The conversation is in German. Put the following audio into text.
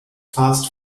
fast